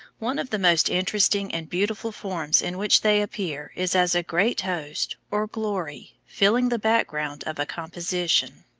one of the most interesting and beautiful forms in which they appear is as a great host, or glory, filling the background of a composition.